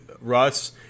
Russ